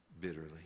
bitterly